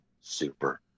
super